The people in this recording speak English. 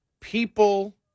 people